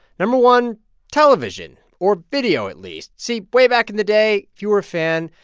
no. one television or video, at least. see, way back in the day, if you were a fan,